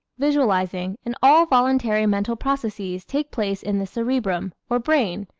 visualizing and all voluntary mental processes take place in the cerebrum, or brain,